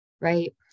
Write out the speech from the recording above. Right